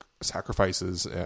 sacrifices